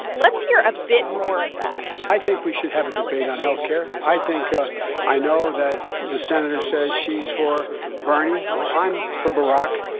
let's hear a bit more of that i think we should have a debate on health care. i think ah i know that the senator says she's for bernie. well, i'm for barack.